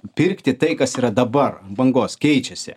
pirkti tai kas yra dabar bangos keičiasi